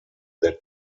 that